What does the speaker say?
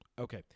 Okay